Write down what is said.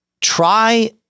try